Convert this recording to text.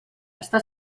està